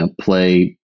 play